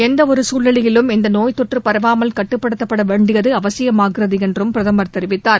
எந்த ஒரு சூழ்நிலையிலும் இந்த நோய் தொற்று பரவாமல் கட்டுப்படுத்தப்பட வேண்டியது அவசியமாகிறது என்றும் பிரதமர் தெரிவித்தார்